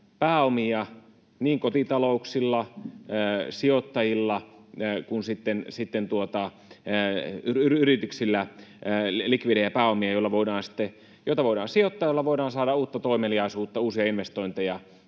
pääomia niin kotitalouksilla, sijoittajilla kuin sitten yrityksillä — likvidejä pääomia, joita voidaan sitten sijoittaa ja joilla voidaan saada uutta toimeliaisuutta, uusia investointeja,